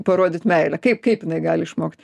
parodyt meilę kaip kaip jinai gali išmokt